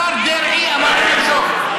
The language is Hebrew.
השר דרעי אמר לו למשוך.